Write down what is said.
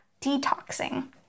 detoxing